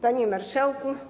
Panie Marszałku!